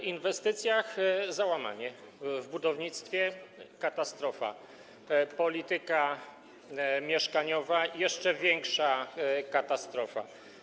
W inwestycjach - załamanie, w budownictwie - katastrofa, w polityce mieszkaniowej - jeszcze większa katastrofa.